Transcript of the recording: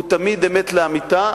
הוא תמיד אמת לאמיתה,